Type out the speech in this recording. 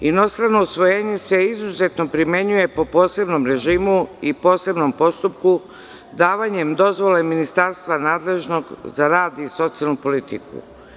Inostrano usvojenje se izuzetno primenjuje po posebnom režimu i posebnom postupku, davanjem dozvole ministarstvu nadležnom za rad i socijalnu politiku.